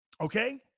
Okay